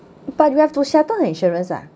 but you have to settle insurance ah